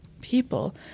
people